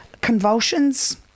convulsions